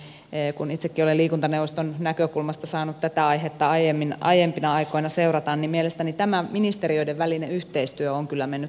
kun itsekin olen liikuntaneuvoston näkökulmasta saanut tätä aihetta aiempina aikoina seurata niin mielestäni tämä ministeriöiden välinen yhteistyö on kyllä mennyt parempaan suuntaan